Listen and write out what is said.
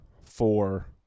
four